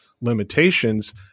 limitations